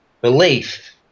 Belief